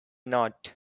not